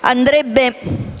Preciso,